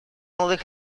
молодых